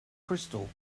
crystal